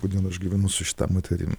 kodėl aš gyvenu su šita moterim